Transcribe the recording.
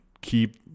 keep